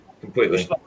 completely